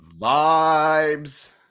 Vibes